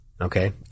okay